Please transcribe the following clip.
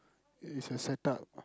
is a set up